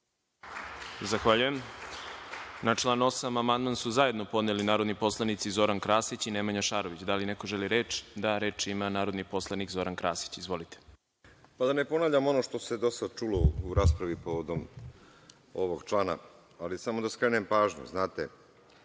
Zahvaljujem. Na član 8. amandman su zajedno podneli narodni poslanici Zoran Krasić i Nemanja Šarović. Da li neko želi reč? (Da)Reč ima narodni poslanik Zoran Krasić. **Zoran Krasić** Da ne ponavljam ono što se do sada čulo u raspravi povodom ovog člana, ali samo da skrenem pažnju. Znate,